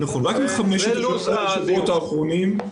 רק בחמשת השבועות האחרונים,